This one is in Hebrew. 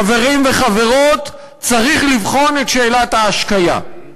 חברים וחברות, צריך לבחון את שאלת ההשקיה.